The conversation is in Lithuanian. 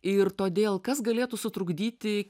ir todėl kas galėtų sutrukdyti